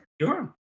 Sure